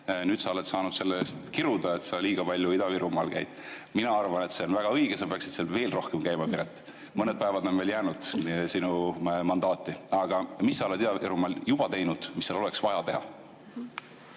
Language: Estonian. Nüüd sa oled saanud selle pärast kiruda, et sa liiga palju Ida-Virumaal käid. Mina arvan, et see on väga õige – sa peaksid seal veel rohkem käima, Piret! Mõned päevad on veel jäänud sinu mandaati. Aga mis sa oled Ida-Virumaal juba teinud ja mis seal oleks vaja [veel]